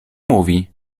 mówi